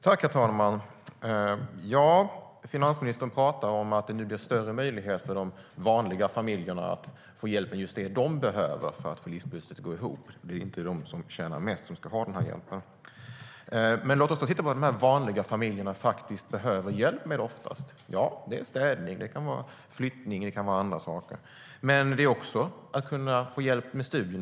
Herr talman! Finansministern talar om att det blir större möjlighet för de vanliga familjerna att få hjälp med just det de behöver för att få livspusslet att gå ihop. Det är inte de som tjänar mest som ska ha den här hjälpen. Låt oss då titta på vad de vanliga familjerna oftast behöver hjälp med. Det är städning. Det kan vara flyttning och annat. Men det är också att få hjälp med barnens studier.